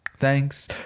Thanks